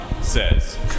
says